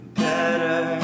better